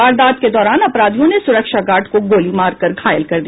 वारदात के दौरान अपराधियों ने सुरक्षा गार्ड को गोली मारकर घायल कर दिया